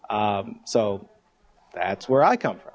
so that's where i come from